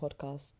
Podcast